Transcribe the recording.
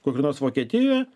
kokioj nors vokietijoj